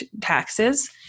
taxes